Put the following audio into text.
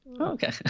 okay